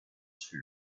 too